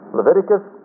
Leviticus